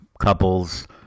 couples